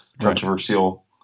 controversial